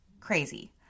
Crazy